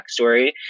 backstory